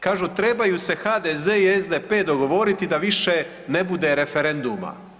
Kažu trebaju se HDZ i SDP dogovoriti da više ne bude referenduma.